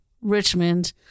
Richmond